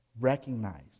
Recognize